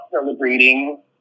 celebrating